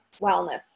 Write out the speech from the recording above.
wellness